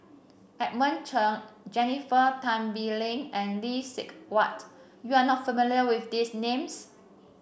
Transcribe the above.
Edmund Cheng Jennifer Tan Bee Leng and Lee Huat you are not familiar with these names